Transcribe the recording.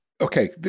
Okay